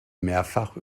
mehrfach